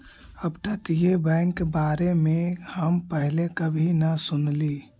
अपतटीय बैंक के बारे में हम पहले कभी न सुनली